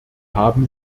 haben